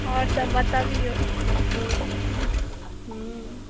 आओर सब बतबिऔ हँ हुँ